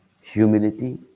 humility